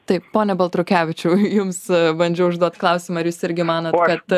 taip pone baltrukevičiau jums bandžiau užduot klausimą ar jūs irgi manot